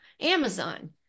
Amazon